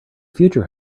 future